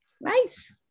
Nice